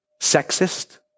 sexist